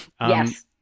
Yes